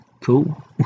Cool